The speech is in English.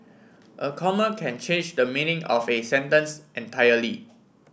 a comma can change the meaning of a sentence entirely